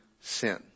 sin